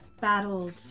battled